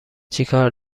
چیکار